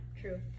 true